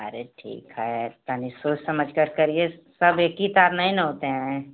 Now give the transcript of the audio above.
अरे ठीक है तनिक सोच समझ कर करिए सब एक ही तरह नहीं ना होते हैं